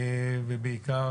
ובעיקר